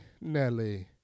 Nelly